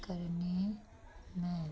करने में